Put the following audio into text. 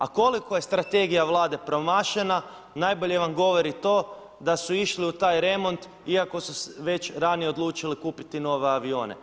A koliko je strategija Vlade promašena najbolje vam govori to da su išli u taj remont iako su već ranije odlučili kupiti nove avione.